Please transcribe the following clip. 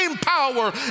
power